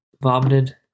vomited